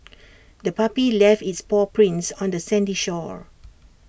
the puppy left its paw prints on the sandy shore